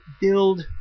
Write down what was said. build